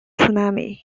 tsunami